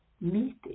meeting